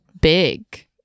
big